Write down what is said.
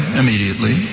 immediately